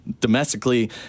domestically